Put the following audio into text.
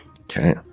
Okay